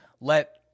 let